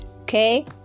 okay